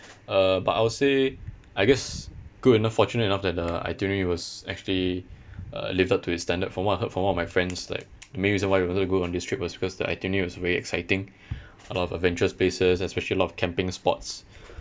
uh but I would say I guess good enough fortunate enough that the itinerary was actually uh lived up to its standard from what I heard from one of my friends like the main reason why we wanted to go on this trip was because the itinerary was very exciting a lot of adventure spaces especially a lot of camping spots